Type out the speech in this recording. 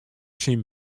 syn